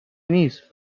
نیست